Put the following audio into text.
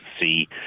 see